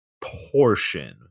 portion